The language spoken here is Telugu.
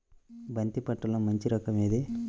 బంతి పంటలో మంచి రకం ఏది?